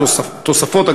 תוספות.